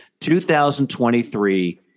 2023